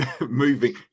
Moving